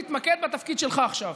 תתמקד בתפקיד שלך עכשיו,